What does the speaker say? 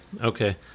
okay